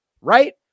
right